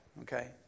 okay